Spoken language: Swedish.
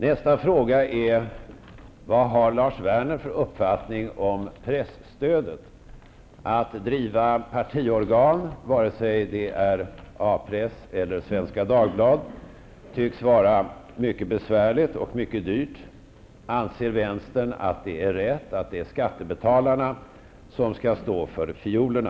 Nästa fråga är: Vad har Lars Werner för uppfattning om presstödet? Att driva partiorgan, vare sig det är A-press eller Svenska Dagblad, tycks vara mycket besvärligt och mycket dyrt. Anser vänsterpartiet att det är rätt att skattebetalarna skall stå för fiolerna?